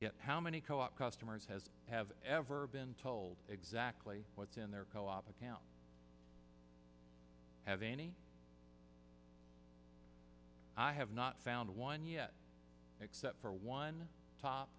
yet how many co op customers has have ever been told exactly what's in their co op account have any i have not found one yet except for one top